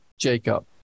Jacob